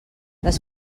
les